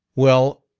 well,